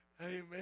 Amen